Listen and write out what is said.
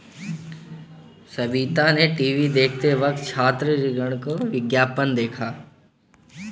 सविता ने टीवी देखते वक्त छात्र ऋण का विज्ञापन देखा